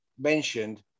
mentioned